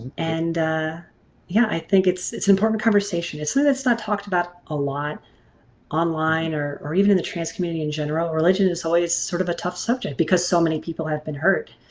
and ah yeah i think it's it's an important conversation. it's and that's not talked about a lot online or or even in the trans community in general. religion is always sort of a tough subject because so many people have been hurt.